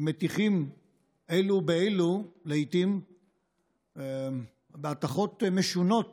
מטיחים אלו באלו לעיתים הטחות משונות